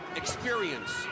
experience